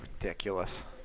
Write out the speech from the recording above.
ridiculous